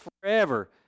forever